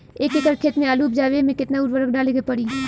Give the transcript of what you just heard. एक एकड़ खेत मे आलू उपजावे मे केतना उर्वरक डाले के पड़ी?